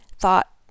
thought